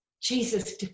Jesus